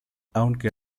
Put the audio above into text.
aunque